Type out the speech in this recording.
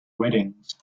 weddings